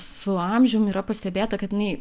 su amžium yra pastebėta kad jinai